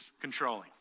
controlling